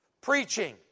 preaching